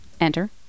Enter